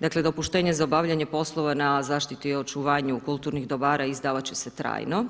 Dakle, dopuštenje za obavljanje poslova, na zaštiti i očuvanju kulturnih dobara, izdavati će se trajno,